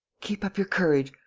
keep up your courage.